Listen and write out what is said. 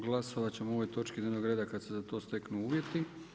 Glasovat ćemo o ovoj točki dnevnog reda kad se za to steknu uvjeti.